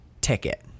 ticket